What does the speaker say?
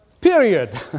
period